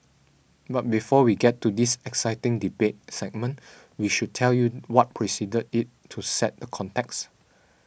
but before we get to this exciting debate segment we should tell you what preceded it to set the context